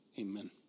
Amen